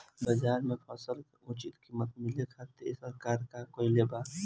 बाजार में फसल के उचित कीमत मिले खातिर सरकार का कईले बाऽ?